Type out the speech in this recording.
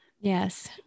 yes